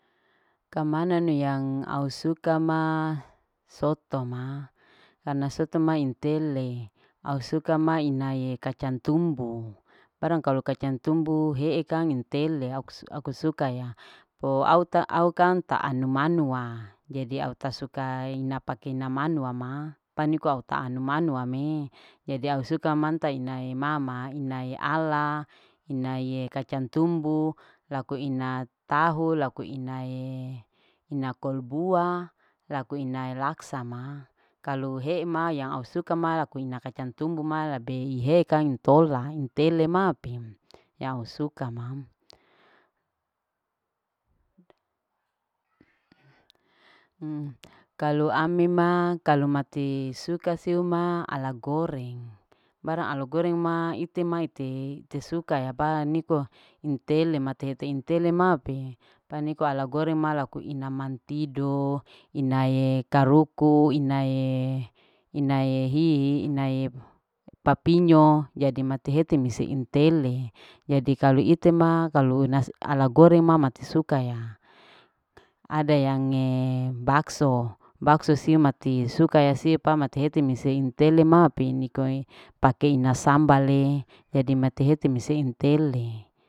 Kamanane yang au suka ma, soto ma karena soto ma intele au suka ma inae kacang tumbu barang kalu kacang tumbu hee kang intele aku suka ya auta aukang taanu manua jadi au tasuka ina ina pake manua ma paniko autaanua manua me jadi au suka manta inae mama, inae ala inae kacang tumbu laku inatahu. laku inae ina kol bua. laku inae laksa ma kalu heema yang au suka ma laku ina kacang tumbu ma labe iheekang intola intele ma pi yang aku suka ma kalu ami ma kalu mati suka siu ma ala goreng barang ala goreng ma ite ma ite sukaya barang niko intele mate hete intele maute paniko ala goreng ma laku inama mantido inae karuku. inae. inae hihi. inae papinyo jadi mati hati insele jadi kalu itema kalu una ala goreng ma masi suka ya ada yang bakso. bakso si mati suka ya si pa mati heti mise intele mapi nikoe pake ina sambale jadi mati hete mise intele